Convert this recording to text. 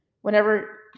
whenever